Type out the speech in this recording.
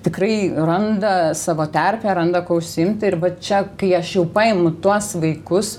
tikrai randa savo terpę randa kuo užsiimti ir vat čia kai aš jau paimu tuos vaikus